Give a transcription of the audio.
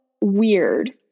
weird